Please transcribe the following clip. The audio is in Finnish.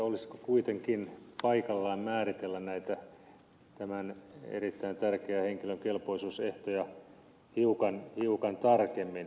olisiko kuitenkin paikallaan määritellä näitä tämän erittäin tärkeän henkilön kelpoisuusehtoja hiukan tarkemmin